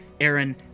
Aaron